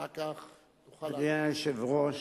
אחר כך תוכל, אדוני היושב-ראש,